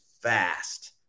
fast